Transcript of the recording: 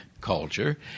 culture